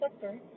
sector